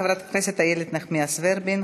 תודה לחברת הכנסת איילת נחמיאס ורבין.